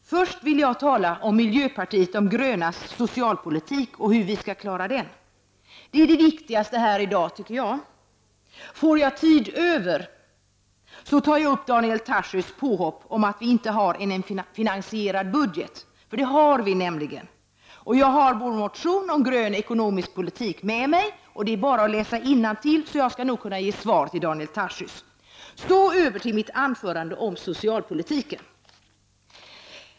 Herr talman! Först vill jag tala om miljöpartiet de grönas socialpolitik och om hur man skall kunna klara socialpolitiken. Det är, enligt min mening, det viktigaste här i dag. Får jag tid över skall jag ta upp Daniel Tarschys påhopp om att vi inte har en finansierad budget. Det har vi nämligen. Jag har vår motion om grön ekonomisk politik med mig. Det är bara att läsa innantill, så jag skall nog kunna ge svar till Daniel Tarschys. Så över till mitt anförande om socialpolitiken.